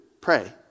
pray